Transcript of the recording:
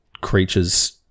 creatures-